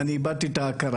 אני איבדתי שם את ההכרה.